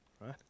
Right